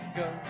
go